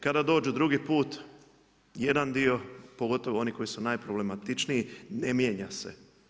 Kada dođu drugi put jedan dio, pogotovo oni koji su najproblematičniji ne mijenja se.